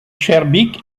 schaerbeek